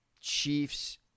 Chiefs